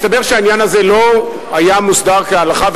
מסתבר שהעניין הזה לא היה מוסדר כהלכה,